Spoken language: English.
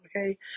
okay